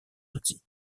outils